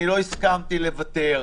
אני לא הסכמתי לוותר.